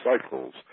cycles